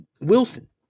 Wilson